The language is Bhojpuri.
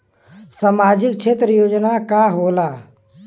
सामाजिक क्षेत्र योजना का होला?